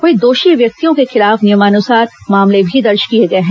वहीं दोषी व्यक्तियों के खिलाफ नियमानुसार मामले भी दर्ज किए गए हैं